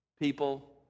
people